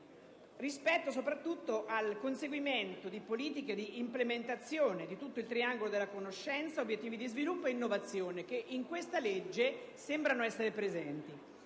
rispetto soprattutto al conseguimento di politiche di implementazione di tutto il triangolo della conoscenza, obiettivi di sviluppo e innovazione, che in questa legge sembrano essere presenti.